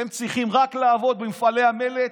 הם צריכים רק לעבוד במפעלי המלט,